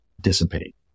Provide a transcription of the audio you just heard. dissipate